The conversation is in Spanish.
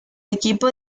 equipo